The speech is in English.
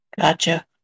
Gotcha